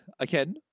Again